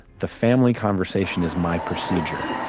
the family conversation is my procedure.